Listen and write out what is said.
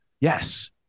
yes